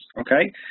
okay